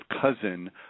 cousin